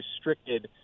restricted